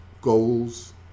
goals